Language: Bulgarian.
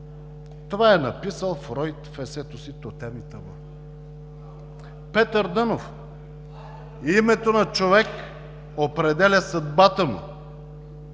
това е написал Фройд в есето си „Тотем и табу“. Петър Дънов – „Името на човека определя съдбата му.“